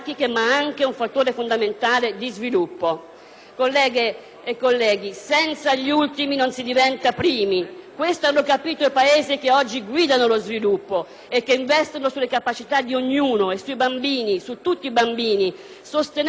Colleghe e colleghi, senza gli ultimi non si diventa primi; questo hanno capito i Paesi che oggi guidano lo sviluppo e che investono sulle capacità di ognuno e sui bambini, su tutti i bambini, sostenendo anche le loro famiglie, perché insieme all'affetto